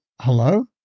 Hello